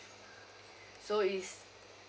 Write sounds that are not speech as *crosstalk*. *breath* so it's